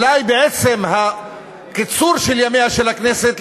אולי בעצם קיצור ימיה של הכנסת,